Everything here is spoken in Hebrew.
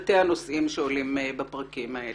תתי הנושאים שעולים בפרקים אלה.